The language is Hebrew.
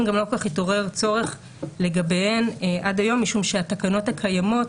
גם לא כל כך התעורר צורך לגביהן עד היום משום שהתקנות הקיימות,